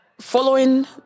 following